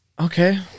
Okay